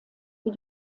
für